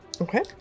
Okay